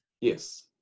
Yes